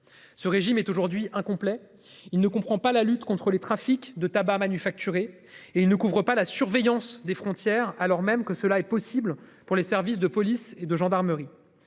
Ce régime est aujourd'hui un complet il ne comprend pas la lutte contre les trafics de tabac manufacturé et il ne couvre pas la surveillance des frontières, alors même que cela est possible pour les services de police et de gendarmerie.